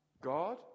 God